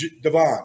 Devon